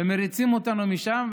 ומריצים אותנו משם,